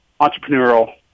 entrepreneurial